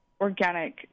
organic